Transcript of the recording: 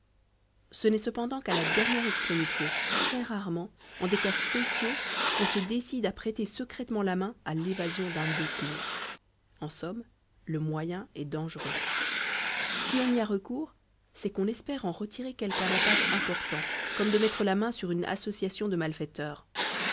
ce n'est cependant qu'à la dernière extrémité très-rarement en des cas spéciaux qu'on se décide à prêter secrètement la main à l'évasion d'un détenu en somme le moyen est dangereux si on y a recours c'est qu'on espère en retirer quelque avantage important comme de mettre la main sur une association de malfaiteurs